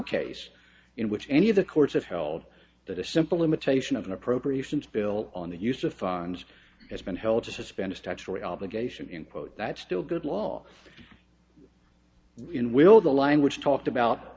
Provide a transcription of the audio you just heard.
case in which any of the courts have held that a simple limitation of an appropriations bill on the use of funds has been held to suspend a statutory obligation in quote that still good law in will the language talked about